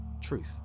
truth